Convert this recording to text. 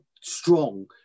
strong